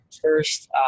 first